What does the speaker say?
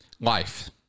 life